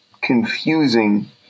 confusing